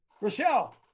Rochelle